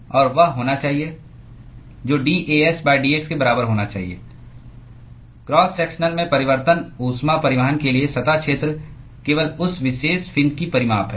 और वह होना चाहिए जो dAs dx के बराबर होना चाहिए क्रॉस सेक्शनल में परिवर्तन ऊष्मा परिवहन के लिए सतह क्षेत्र केवल उस विशेष फिन की परिमाप है